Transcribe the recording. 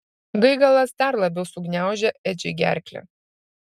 gaigalas dar labiau sugniaužė edžiui gerklę